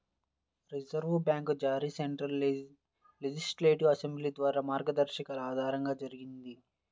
reserve bank జారీ central legislative assembly ద్వారా మార్గదర్శకాల ఆధారంగా జరిగింది